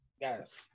Yes